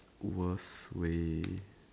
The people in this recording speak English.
worst way